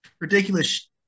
ridiculous